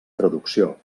traducció